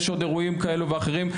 יש עוד אירועים כאלה ואחרים,